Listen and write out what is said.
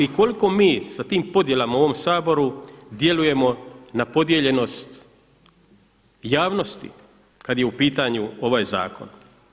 I koliko mi sa tim podjelama u ovom Saboru djelujemo na podijeljenost javnosti kada je u pitanju ovaj zakon.